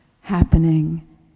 happening